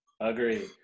agree